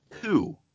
two